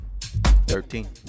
Thirteen